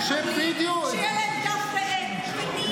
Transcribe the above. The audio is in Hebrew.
שיהיה להם דף ועט,